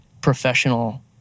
professional